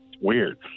weird